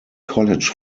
college